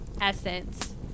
essence